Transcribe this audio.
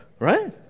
Right